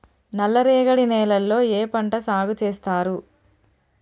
నల్లరేగడి నేలల్లో ఏ పంట సాగు చేస్తారు?